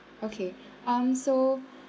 okay um so